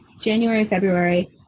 January-February